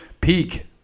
Peak